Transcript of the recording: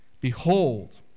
Behold